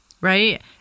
right